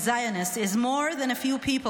and Zionists is more than a few people